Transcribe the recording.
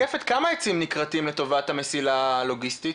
רקפת, כמה עצים נכרתים לטובת המסילה הלוגיסטית?